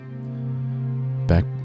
back